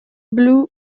blue